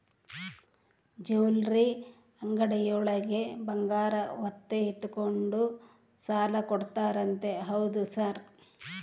Jewellery ಅಂಗಡಿಯೊಳಗ ಬಂಗಾರ ಒತ್ತೆ ಇಟ್ಕೊಂಡು ಸಾಲ ಕೊಡ್ತಾರಂತೆ ಹೌದಾ ಸರ್?